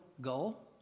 goal